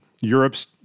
Europe's